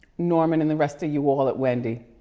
norman and the rest of you all at wendy,